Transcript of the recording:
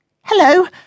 Hello